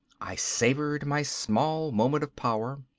i savored my small moment of power.